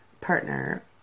partner